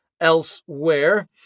Elsewhere